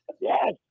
Yes